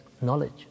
knowledge